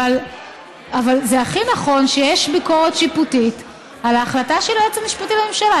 אבל זה הכי נכון שיש ביקורת שיפוטית על ההחלטה של היועץ המשפטי לממשלה.